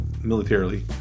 militarily